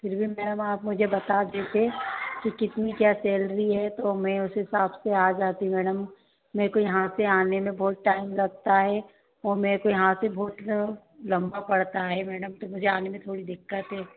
फिर भी मैम आप मुझे बता देते की कितनी क्या सैलरी है तो मैं उस हिसाब से आ जाती मैडम मेरे को यहां से आने में बहुत टाइम लगता है और मेरे को यहां से बहुत लंबा पड़ता है मैडम तो मुझे आने में थोड़ी दिक्कत है